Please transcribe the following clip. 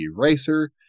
eraser